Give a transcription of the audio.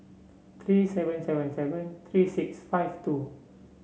three seven seven seven three six five two